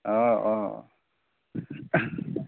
অঁ অঁ